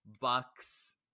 bucks